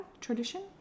Tradition